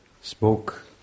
spoke